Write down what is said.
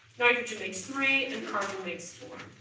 nitrogen makes three, and carbon makes four.